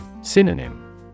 Synonym